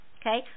Okay